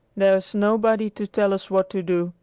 there's nobody to tell us what to do,